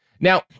Now